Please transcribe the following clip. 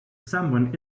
someone